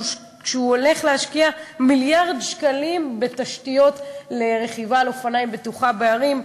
שהוא הולך להשקיע מיליארד שקלים בתשתיות לרכיבה בטוחה על אופניים בערים,